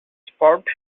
sport